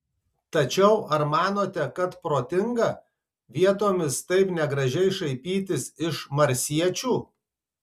tačiau ar manote kad protinga vietomis taip negražiai šaipytis iš marsiečių